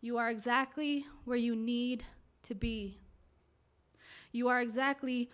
you are exactly where you need to be you are exactly